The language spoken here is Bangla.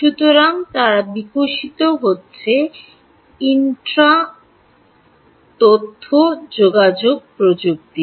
সুতরাং তারা বিকশিত হচ্ছে এবং ইন্ট্রা রেফার সময় 0201 তথ্য এবং যোগাযোগ প্রযুক্তি